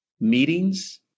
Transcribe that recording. meetings